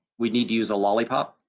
we need to use a lollipop,